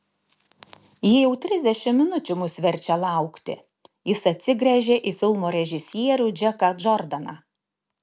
ji jau trisdešimt minučių mus verčia laukti jis atsigręžė į filmo režisierių džeką džordaną